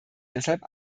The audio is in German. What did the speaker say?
deshalb